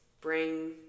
bring